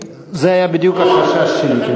שהוא לא על סדר-היום מאחר, זה היה בדיוק החשש שלי.